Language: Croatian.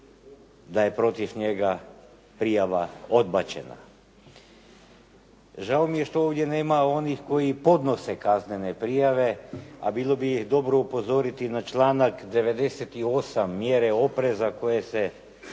da je protiv njega prijava odbačena. Žao mi je što ovdje nema onih koji podnose kaznene prijave, a bilo bi ih dobro upozoriti na članak 98. mjere opreza koje se prilikom